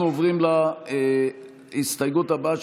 עוברים להסתייגות הבאה,